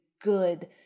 good